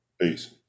peace